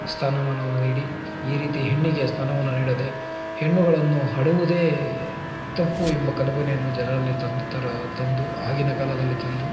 ಸ್ಥಾನಮಾನವ ನೀಡಿ ಈ ರೀತಿ ಹೆಣ್ಣಿಗೆ ಸ್ಥಾನಮಾನ ನೀಡದೇ ಹೆಣ್ಣುಗಳನ್ನು ಹಡೆವುದೇ ತಪ್ಪು ಎಂಬ ಕಲ್ಪನೆಯನ್ನು ಜನರಲ್ಲಿ ತನ್ನ ಥರ ತಂದು ಆಗಿನ ಕಾಲದಲ್ಲಿ ತಂದು